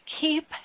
keep